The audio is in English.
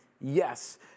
yes